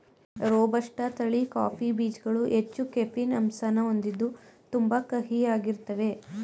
robusta ತಳಿ coffee ಬೀಜ್ಗಳು ಹೆಚ್ಚು ಕೆಫೀನ್ ಅಂಶನ ಹೊಂದಿದ್ದು ತುಂಬಾ ಕಹಿಯಾಗಿರ್ತಾವೇ